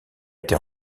été